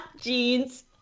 Jeans